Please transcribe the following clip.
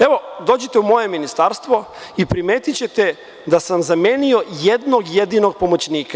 Evo, dođite u moje ministarstvo i primetićete da sam zamenio jednog jedinog pomoćnika.